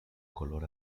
color